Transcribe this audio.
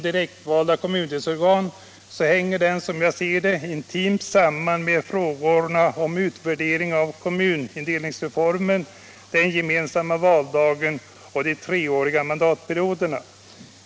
direktvalda kommundelsorgan hänger, som jag ser det, intimt samman med frågorna om utvärdering av kommunindelningsreformen, den gemensamma valdagen och de treåriga mandatperioderna.